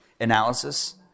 analysis